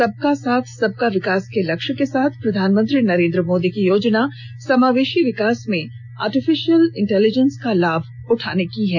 सबका साथ सबका विकास के लक्ष्य के साथ प्रधानमंत्री नरेन्द्र मोदी की योजना समावेशी विकास में आर्टिफिशियल इंटेलिजेंस का लाभ उठाने की है